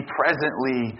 presently